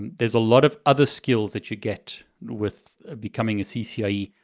there's a lot of other skills that you get with becoming a ccie.